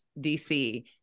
DC